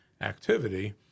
activity